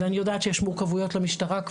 ואני יודעת שיש מורכבויות למשטרה,